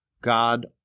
God